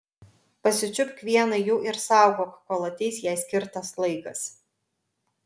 pasičiupk vieną jų ir saugok kol ateis jai skirtas laikas